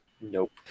Nope